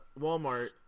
Walmart